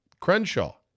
Crenshaw